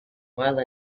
mile